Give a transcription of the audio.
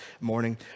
morning